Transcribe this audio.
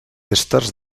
èsters